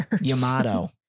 Yamato